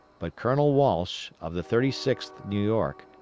but colonel walsh, of the thirty sixth new york,